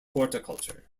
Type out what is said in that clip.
horticulture